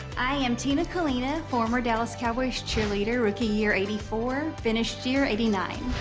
i am tina kalina, former dallas cowboy cheerleader, rookie year eighty four, finished year eighty nine.